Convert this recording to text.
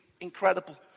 incredible